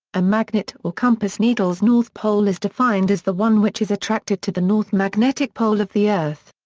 a magnet or compass needle's north pole is defined as the one which is attracted to the north magnetic pole of the earth.